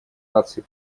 наций